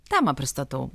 temą pristatau